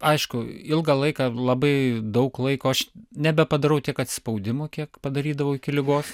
aišku ilgą laiką labai daug laiko aš nebepadarau tiek atsispaudimų kiek padarydavau iki ligos